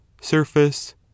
surface